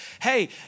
hey